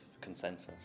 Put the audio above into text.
consensus